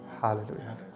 Hallelujah